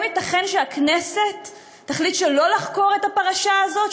האם ייתכן שהכנסת תחליט שלא לחקור את הפרשה הזאת,